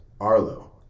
Arlo